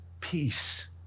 peace